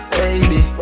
baby